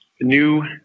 new